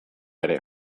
ere